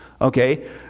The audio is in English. Okay